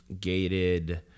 Gated